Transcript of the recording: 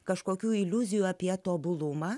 kažkokių iliuzijų apie tobulumą